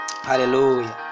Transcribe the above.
Hallelujah